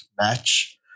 match